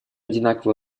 одинаково